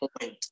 point